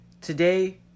today